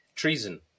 Treason